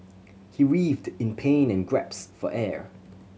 he writhed in pain and gasped for air